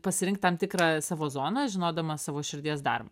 pasirinkt tam tikrą savo zoną žinodama savo širdies darbą